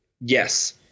Yes